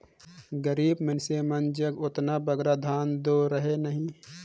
गरीब मइनसे मन जग ओतना बगरा धन दो रहें नई